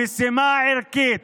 המשימה הערכית